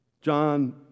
John